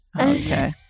okay